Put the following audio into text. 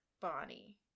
Bonnie